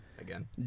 again